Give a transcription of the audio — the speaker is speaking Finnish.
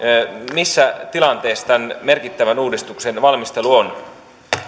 missä tilanteessa tämän merkittävän uudistuksen valmistelu on